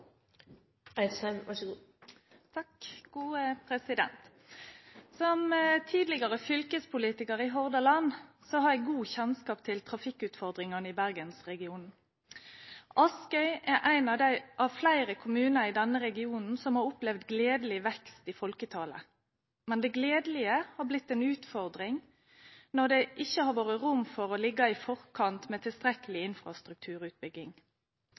oktober – så jeg lar bare den henge i luften. Som tidligere fylkespolitiker i Hordaland har jeg god kjennskap til trafikkutfordringene i Bergens-regionen. Askøy er en av flere kommuner i denne regionen som har opplevd en gledelig vekst i folketallet. Men det gledelige har blitt en utfordring når det ikke har vært rom for å ligge i forkant med tilstrekkelig infrastrukturutbygging.